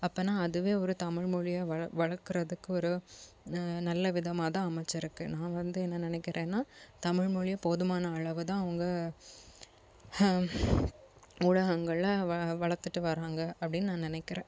அப்பனா அதுவே ஒரு தமிழ்மொழியை வ வளர்க்குறதுக்கு ஒரு நல்ல விதமாக தான் அமைச்சிருக்கு நான் வந்து என்ன நினைக்கிறேன்னா தமிழ்மொலிய போதுமான அளவு தான் அவங்க ஊடகங்கள்ல வ வளர்த்துட்டு வராங்க அப்படினு நான் நினைக்கிறேன்